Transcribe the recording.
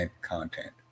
content